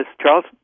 Charles